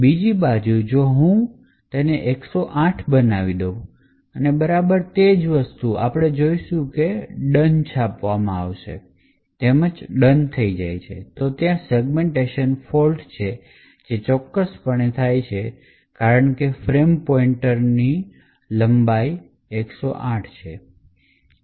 બીજી બાજુ જો હું તેને 108 બનાવું અને બરાબર તે જ વસ્તુ આપણે જોશું કે done છાપવામાં આવે છે તેમ જ "done" થઈ જાય છે તો ત્યાં સેગ્મેન્ટેશન ફોલ્ટ છે જે ચોક્કસપણે થાય છે કારણ કે ફ્રેમ પોઇન્ટરની બરાબર લંબાઈ 108 હોય છે